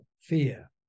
fear